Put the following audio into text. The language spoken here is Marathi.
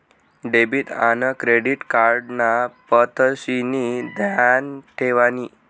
डेबिट आन क्रेडिट कार्ड ना तपशिनी ध्यान ठेवानी